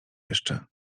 jeszcze